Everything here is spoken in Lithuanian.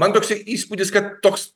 man toksai įspūdis kad toks